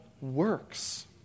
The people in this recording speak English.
works